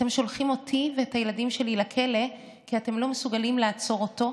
אתם שולחים אותי ואת הילדים שלי לכלא כי אתם לא מסוגלים לעצור אותו?